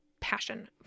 passion